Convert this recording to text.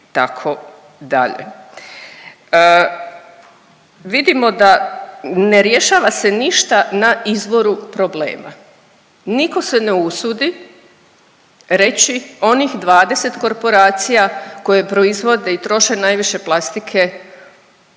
Vidimo da ne rješava se ništa na izvoru problema. Niko se ne usudi reći onih 20 korporacija koje proizvode i troše najviše plastike